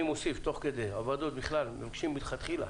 הוועדות מבקשות מלכתחילה